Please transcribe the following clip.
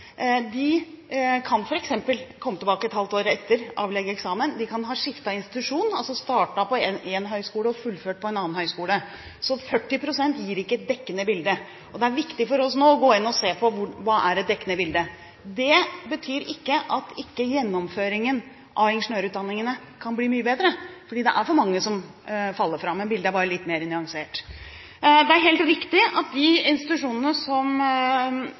kan komme tilbake et halvt år etterpå og avlegge eksamen. De kan ha skiftet institusjon – startet på én høyskole og fullført på en annen. Så 40 pst. gir ikke et dekkende bilde. Det er viktig for oss nå å gå inn og se på hva som er et dekkende bilde. Det betyr ikke at gjennomføringen av ingeniørutdanningene ikke kan bli mye bedre – det er for mange som faller fra, bildet er bare litt mer nyansert. Det er helt riktig at de institusjonene som